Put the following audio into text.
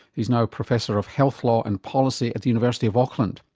he's now professor of health law and policy at the university of auckland.